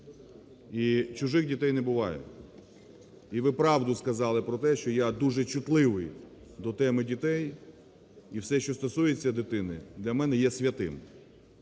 І чужих дітей не буває. І ви правду сказали про те, що я дуже чутливий до теми дітей, і все, що стосується дитини, для мене святим.